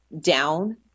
down